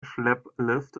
schlepplift